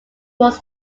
was